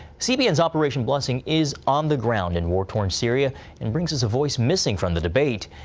cbn's operation blessing is on the ground in war-torn syria and brings us a voice missing from the debate.